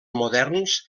moderns